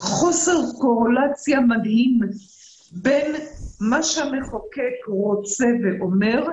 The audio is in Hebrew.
חוסר קורלציה מדהים בין מה שהמחוקק רוצה ואומר,